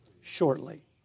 Shortly